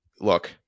look